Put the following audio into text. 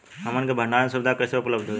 हमन के भंडारण सुविधा कइसे उपलब्ध होई?